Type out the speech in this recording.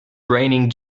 raining